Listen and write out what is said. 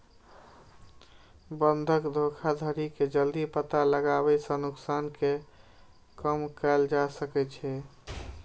बंधक धोखाधड़ी के जल्दी पता लगाबै सं नुकसान कें कम कैल जा सकै छै